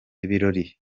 ibirori